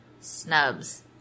snubs